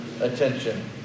Attention